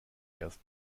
erst